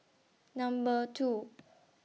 Number two